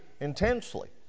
intensely